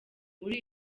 muri